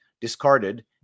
discarded